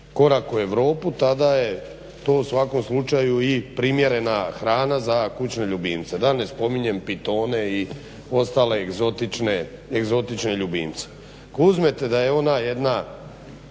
korak u Europu tada je to svakom slučaju i primjerena hrana za kućne ljubimce, da ne spominjem pitone i ostale egzotične ljubimce. Ako uzmete da je ona jedna